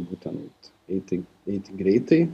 būtent eiti eiti greitai